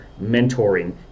mentoring